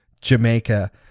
Jamaica